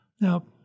Now